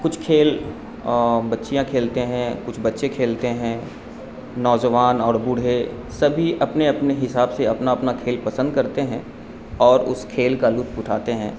کچھ کھیل بچیاں کھیلتے ہیں کچھ بچے کھیلتے ہیں نوزوان اور بوڑھے سبھی اپنے اپنے حساب سے اپنا اپنا کھیل پسند کرتے ہیں اور اس کھیل کا لطف اٹھاتے ہیں